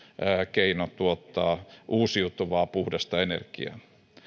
keino tuottaa uusiutuvaa puhdasta energiaa